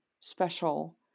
special